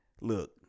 look